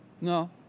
no